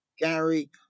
Gary